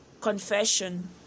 Confession